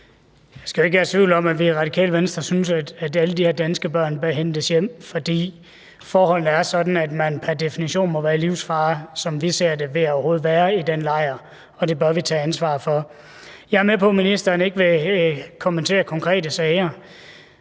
Der skal jo ikke være tvivl om, at vi i Radikale Venstre synes, at alle de her danske børn bør hentes hjem, fordi forholdene er sådan, at man pr. definition må være i livsfare, som vi ser det, ved overhovedet at være i den lejr, og det bør vi tage ansvar for. Jeg er med på, at ministeren ikke vil kommentere konkrete sager.